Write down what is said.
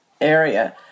area